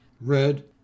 Red